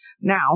now